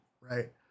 right